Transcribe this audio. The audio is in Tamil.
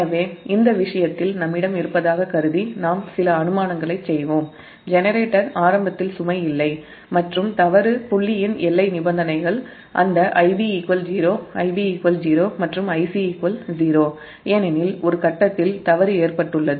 எனவே இந்த விஷயத்தில் நம்மிடம் இருப்பதாகக் கருதி சில அனுமானங்களைச் செய்வோம் ஜெனரேட்டரில் ஆரம்பத்தில் சுமை இல்லை மற்றும் தவறு புள்ளியின் எல்லை நிபந்தனைகள் அந்த Ib 0 மற்றும் Ic 0 ஏனெனில் ஒரு கட்டத்தில் ஃபால்ட் ஏற்பட்டுள்ளது